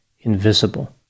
invisible